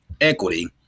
equity